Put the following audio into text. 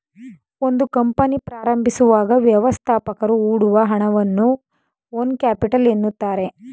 ಒಂದು ಕಂಪನಿ ಪ್ರಾರಂಭಿಸುವಾಗ ವ್ಯವಸ್ಥಾಪಕರು ಹೊಡುವ ಹಣವನ್ನ ಓನ್ ಕ್ಯಾಪಿಟಲ್ ಎನ್ನುತ್ತಾರೆ